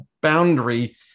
boundary